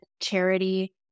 charity